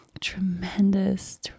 tremendous